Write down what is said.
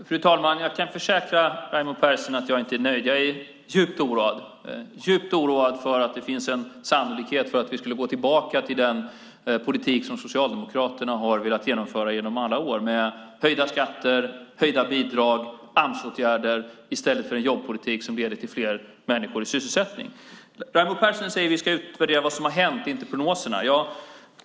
Fru talman! Jag kan försäkra Raimo Pärssinen att jag inte är nöjd. Jag är djupt oroad för att det finns en sannolikhet för att vi skulle gå tillbaka till den politik som Socialdemokraterna har velat genomföra genom alla år, med höjda skatter, höjda bidrag och Amsåtgärder, i stället för en jobbpolitik som leder till fler människor i sysselsättning. Raimo Pärssinen säger att vi ska utvärdera vad som har hänt, inte prognoserna.